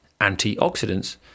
antioxidants